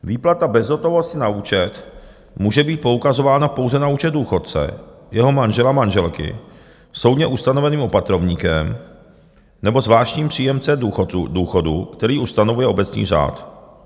Výplata bezhotovostně na účet může být poukazována pouze na účet důchodce, jeho manžela, manželky, soudně ustanoveným opatrovníkem nebo zvláštním příjemcem důchodu, který už stanovuje obecní řád.